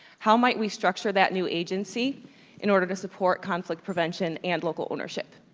how might we structure that new agency in order to support conflict prevention and local ownership?